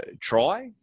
try